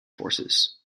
forces